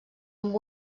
amb